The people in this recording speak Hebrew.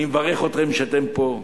אני מברך אתכם שאתם פה.